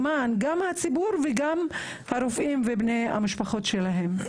גם למען הציבור וגם למען הרופאים ובני המשפחות שלהם.